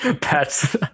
pets